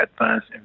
advanced